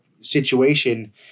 situation